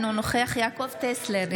אינו נוכח יעקב טסלר,